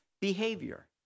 behavior